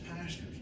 pastors